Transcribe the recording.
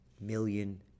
million